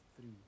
three